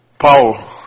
Paul